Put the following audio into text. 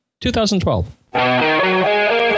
2012